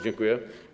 Dziękuję.